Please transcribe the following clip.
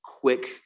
quick